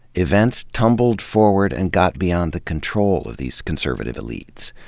events tumbled forward and got beyond the control of these conservative elites.